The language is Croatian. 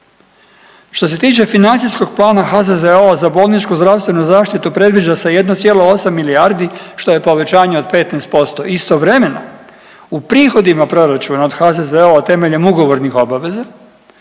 Što se tiče financijskog plana HZZO-a za bolničku zdravstvenu zaštitu predviđa se 1,8 milijardi što je povećanje od 15% istovremeno u prihodima proračuna od HZZO-a temeljem ugovornih obaveza,